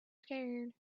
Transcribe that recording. scared